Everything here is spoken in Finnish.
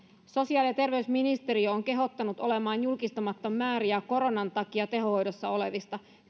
sosiaali ja terveysministeriö on kehottanut olemaan julkistamatta määriä koronan takia tehohoidossa olevista